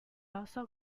also